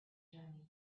journey